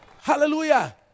Hallelujah